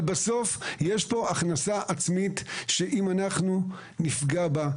אבל בסוף יש פה הכנסה עצמית שאנחנו נפגע בה.